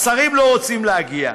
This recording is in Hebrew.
השרים לא רוצים להגיע.